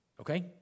Okay